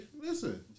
listen